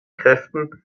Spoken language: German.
kräften